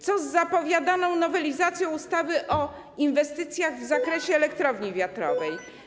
Co z zapowiadaną nowelizacją ustawy o inwestycjach w zakresie elektrowni wiatrowej?